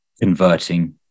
converting